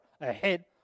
ahead